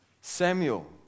Samuel